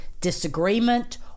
disagreement